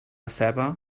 ceba